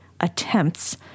attempts